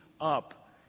up